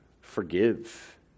forgive